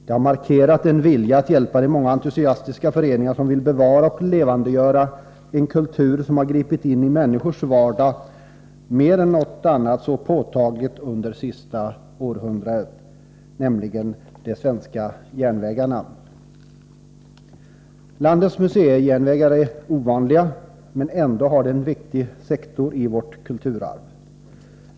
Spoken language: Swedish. Det har markerat en vilja att hjälpa de många entusiastiska föreningar som vill bevara och levandegöra en kultur som mer än någon annan påtagligt har gripit in i människornas vardag under det senaste århundradet, nämligen de svenska järnvägarna. Landets museijärnvägar är ovanliga men utgör ändå en viktig sektor i vårt kulturarv.